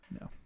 No